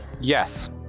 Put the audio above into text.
Yes